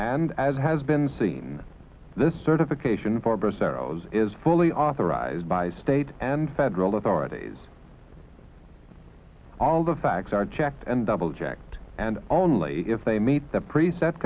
and as has been seen this certification four percent rose is fully authorized by state and federal authorities all the facts are checked and double checked and only if they meet the preset